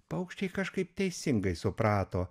paukščiai kažkaip teisingai suprato